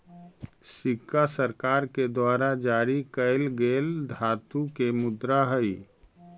सिक्का सरकार के द्वारा जारी कैल गेल धातु के मुद्रा हई